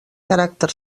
caràcter